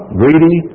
greedy